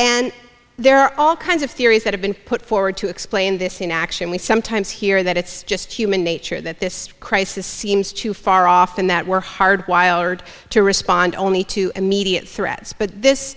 and there are all kinds of theories that have been put forward to explain this in action we sometimes hear that it's just human nature that this crisis seems too far off and that were hard while ird to respond only to immediate threats but this